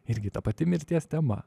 irgi ta pati mirties tema